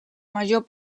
major